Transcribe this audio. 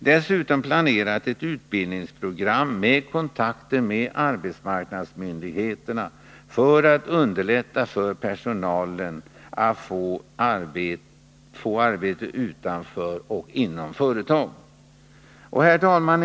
Dessutom planeras ett utbildningsprogram med kontakter med arbetsmarknadsmyndigheter för att underlätta för personalen att få arbete utanför och inom företaget. Herr talman!